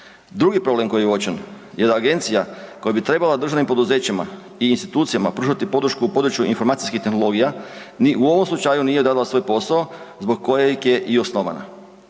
Drugi problem koji je uočen je da agencija koja bi trebala državnim poduzećima i institucijama pružati podršku u području informacijskih tehnologija ni u ovom slučaju nije odradila svoj posao zbog kojeg je i osnovana.